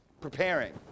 preparing